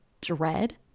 dread